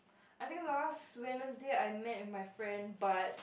I think last Wednesday I met with my friend but